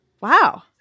wow